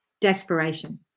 desperation